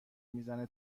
میزنه